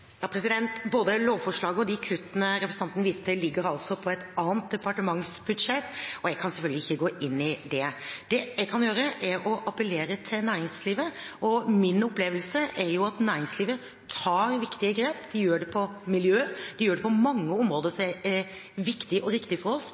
Både lovforslaget og de kuttene representanten viste til, ligger altså på et annet departements budsjett, og jeg kan selvfølgelig ikke gå inn i det. Det jeg kan gjøre, er å appellere til næringslivet. Min opplevelse er at næringslivet tar viktige grep. De gjør det når det gjelder miljø, de gjør det på mange områder som er viktig og riktig for oss